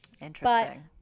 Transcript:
interesting